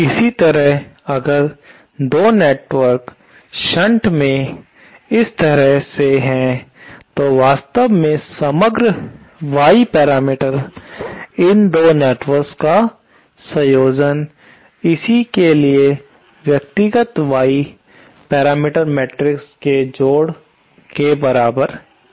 इसी तरह अगर 2 नेटवर्क शंट में इस तरह से हैं तो वास्तव में समग्र Y पैरामीटर इन 2 नेटवर्क का संयोजन इसी के लिए व्यक्तिगत Y पैरामीटर मैट्रिक्स के जोड़ के बराबर है